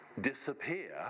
disappear